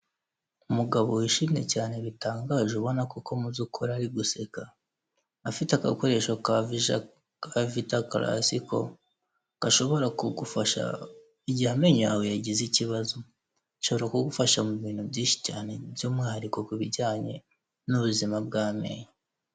Umugabo wishimye cyane bitangaje, ubona ko koko mu byukuri ari guseka, afite agakoresho ka vita karasiko gashobora kugufasha igihe amenyo yawe yagize ikibazo, gashobora kugufasha mu bintu byinshi cyane, by'umwihariko kubijyanye n'ubuzima bw'amenyo.